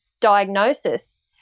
diagnosis